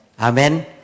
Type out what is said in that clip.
Amen